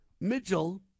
Mitchell